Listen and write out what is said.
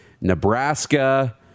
nebraska